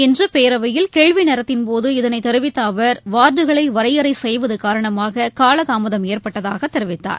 இன்று பேரவையில் கேள்வி நேரத்தின் போது இதனை தெரிவித்த அவர் வார்டுகளை வரையறை செய்வது காரணமாக கால தாமதம் ஏற்பட்டதாக தெரிவித்தார்